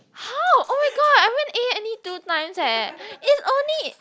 how oh my god I haven't A any two times eh it's only